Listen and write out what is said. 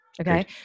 okay